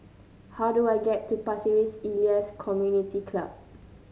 how do I get to Pasir Ris Elias Community Club